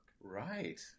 Right